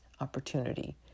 opportunity